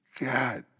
God